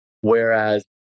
Whereas